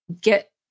get